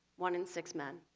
one in six men.